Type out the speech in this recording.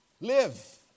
live